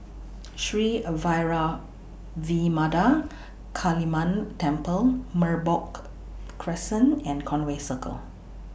Sri Vairavimada Kaliamman Temple Merbok Crescent and Conway Circle